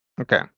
Okay